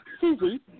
Susie